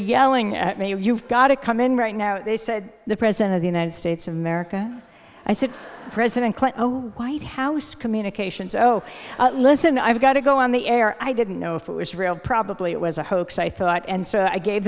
yelling at me you've got to come in right now they said the president of the united states of america i said president clinton white house communications oh listen i've got to go on the air i didn't know if it was real probably it was a hoax i thought and so i gave